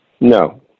No